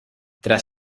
tras